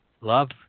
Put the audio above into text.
Love